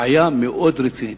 בעיה מאוד רצינית.